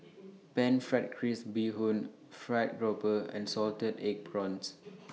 Pan Fried Crispy Bee Hoon Fried Grouper and Salted Egg Prawns